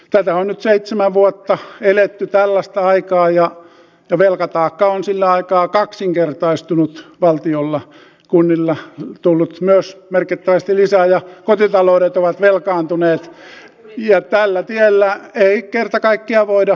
nyt on seitsemän vuotta eletty tällaista aikaa että velkataakka on sillä aikaa kaksinkertaistunut valtiolla kunnilla sitä on tullut myös merkittävästi lisää ja kotitaloudet ovat velkaantuneet ja tällä tiellä ei kerta kaikkiaan voida enää jatkaa